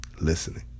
listening